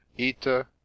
Ita